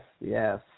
yes